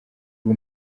ubu